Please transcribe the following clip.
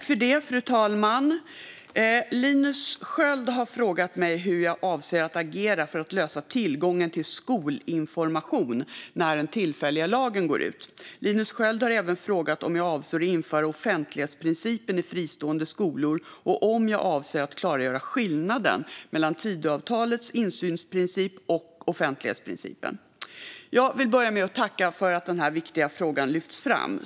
Fru talman! Linus Sköld har frågat mig hur jag avser att agera för att lösa tillgången till skolinformation när den tillfälliga lagen går ut. Linus Sköld har även frågat om jag avser att införa offentlighetsprincipen i fristående skolor samt om jag avser att klargöra skillnaden mellan Tidöavtalets insynsprincip och offentlighetsprincipen. Jag vill börja med att tacka för att denna viktiga fråga lyfts fram.